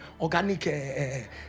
organic